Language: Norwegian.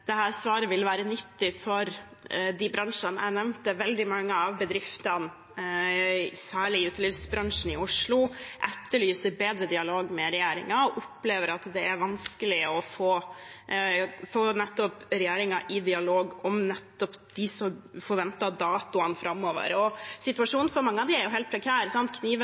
svaret vil være nyttig for de bransjene jeg nevnte. Veldig mange av bedriftene, særlig i utelivsbransjen i Oslo, etterlyser en bedre dialog med regjeringen og opplever at det er vanskelig å få regjeringen i dialog om nettopp de forventede datoene framover. Situasjonen for mange av dem er jo helt prekær.